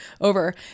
over